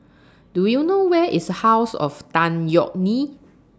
Do YOU know Where IS House of Tan Yeok Nee